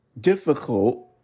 difficult